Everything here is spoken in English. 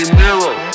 mirror